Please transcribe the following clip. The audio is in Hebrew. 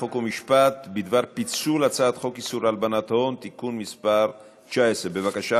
חוק ומשפט בדבר פיצול הצעת חוק איסור הלבנת הון (תיקון מס' 19). בבקשה,